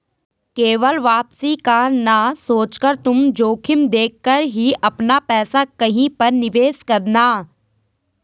केवल वापसी का ना सोचकर तुम जोखिम देख कर ही अपना पैसा कहीं पर निवेश करना